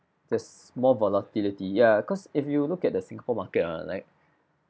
the small volatility ya cause if you look at the singapore market ah like